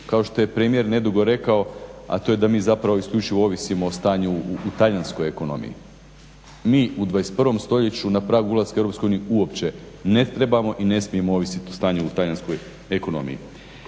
kao što je premijer nedugo rekao a to je da mi zapravo isključivo ovisimo o stanju u talijanskoj ekonomiji. Mi u 21. stoljeću na pragu ulaska u EU uopće ne trebamo i ne smijemo ovisiti o stanju u talijanskoj ekonomiji.